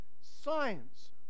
Science